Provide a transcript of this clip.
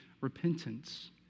repentance